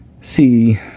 see